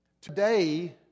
Today